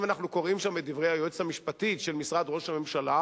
אם אנחנו קוראים שם את דברי היועצת המשפטית של משרד ראש הממשלה,